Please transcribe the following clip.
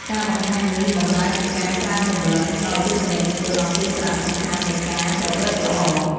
ការបង្ហាញនេះបម្រើជាការក្រើនរំលឹកដល់ទស្សនិកជនអំពីសារៈសំខាន់នៃការប្រព្រឹត្តល្អ។